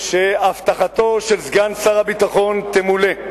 שהבטחתו של סגן שר הביטחון תמולא,